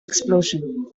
explosion